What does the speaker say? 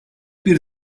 bir